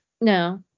No